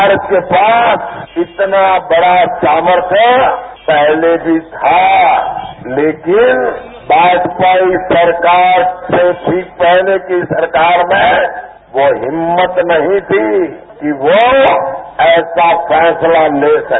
भारत के पास इतना बड़ा सामर्थ्य पहले भी था लेकिन भाजपा सरकार से भी पहले की सरकार में वह हिम्मत नहीं थी कि वह ऐसा फैसला ले सके